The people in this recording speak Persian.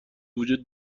وجود